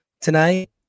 tonight